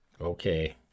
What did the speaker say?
Okay